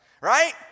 right